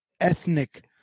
ethnic